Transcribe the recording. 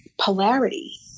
polarity